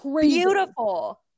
beautiful